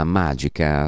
magica